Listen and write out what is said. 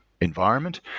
environment